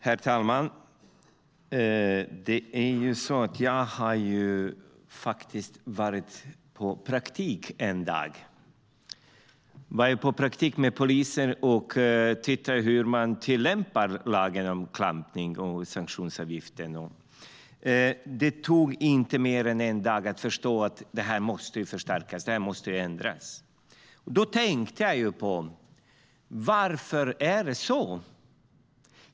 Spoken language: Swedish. Herr talman! Jag har varit på praktik en dag. Jag var på praktik med polisen och tittade på hur man tillämpar lagen om klampning, sanktionsavgiften och så vidare. Det tog inte mer en än dag för mig att förstå att detta måste förstärkas; det måste ändras. Jag tänkte då: Varför är det så?